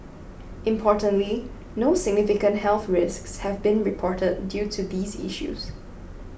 importantly no significant health risks have been reported due to these issues